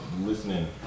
listening